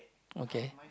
okay